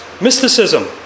mysticism